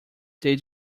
they